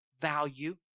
value